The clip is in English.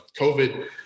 COVID